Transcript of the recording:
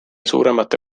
suuremate